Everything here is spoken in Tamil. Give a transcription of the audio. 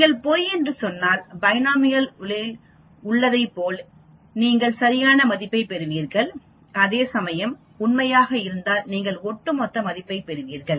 நீங்கள் பொய் என்று சொன்னால் பைனோமியலில் உள்ளதைப் போல நீங்கள் சரியான மதிப்பைப் பெறுவீர்கள் அதேசமயம் அது உண்மையாக இருந்தால் நீங்கள் ஒட்டுமொத்த மதிப்பைப் பெறுவீர்கள்